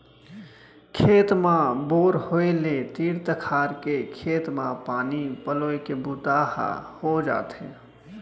खेत म बोर होय ले तीर तखार के खेत म पानी पलोए के बूता ह हो जाथे